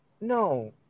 no